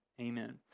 Amen